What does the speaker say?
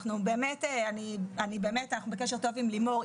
אנחנו באמת בקשר טוב עם לימור,